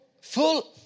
full